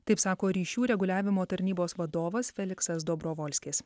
taip sako ryšių reguliavimo tarnybos vadovas feliksas dobrovolskis